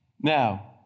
Now